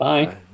Bye